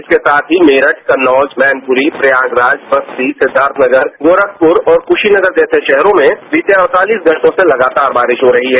इसके साथ ही मेरठ कन्नौज मैनपुरी प्रयागराज बस्ती सिद्दार्थनगर गोरखपुर और खुशीनगर जैसे शहरों में पिछले अड़तालीस घंटों से लगातार बारिश हो रही है